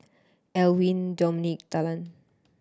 Alwine Dominic Talan